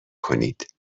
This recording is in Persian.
کنید